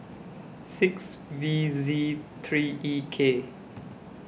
six V Z three E K